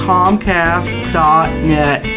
Comcast.net